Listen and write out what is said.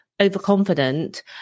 overconfident